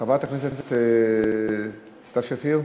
חברת הכנסת סתיו שפיר,